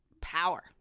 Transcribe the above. power